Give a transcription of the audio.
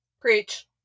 Preach